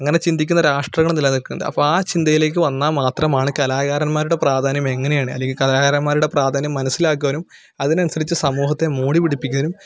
അങ്ങനെ ചിന്തിക്കുന്ന രാഷ്ട്രങ്ങൾ നിലനിൽക്കുന്നുണ്ട് അപ്പം ആ ചിന്തയിലേക്ക് വന്നാൽ മാത്രമാണ് കലാകാരന്മാരുടെ പ്രാധാന്യം എങ്ങനെയാണ് അല്ലെങ്കിൽ കലാകാരന്മാരുടെ പ്രാധാന്യം മനസ്സിലാക്കുവാനും അതിനനുസരിച്ച് സമൂഹത്തെ മോടി പിടിപ്പിക്കുന്നതിനും